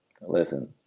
listen